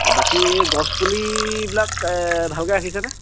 বাকী গছপুলিবিলাক ভালকৈ ৰাখিছেনে